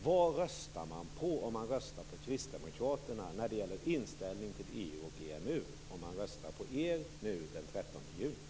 och EMU om man röstar på Kristdemokraterna nu den 13 juni?